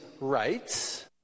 rights